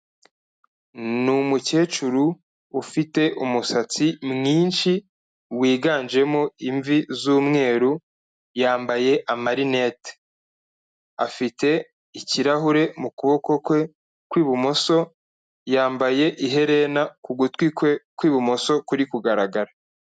Ni umukecuru ufite umusatsi mwinshi, wiganjemo imvi z'umweru, yambaye amarinete. Afite ikirahure mu kuboko kwe kw'ibumoso, yambaye iherena ku gutwi kwe kw'ibumoso kuri kugaragara.